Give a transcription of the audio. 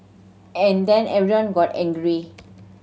and then everyone got angry